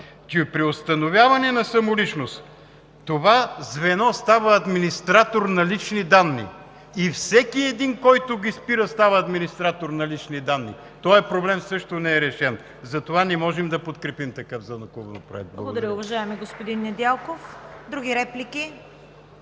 при установяване на самоличност това звено става администратор на лични данни и всеки един, който ги спира, става администратор на лични данни. Този проблем също не е решен. Затова не можем да подкрепим такъв законопроект. Благодаря